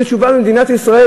זאת תשובה ממדינת ישראל?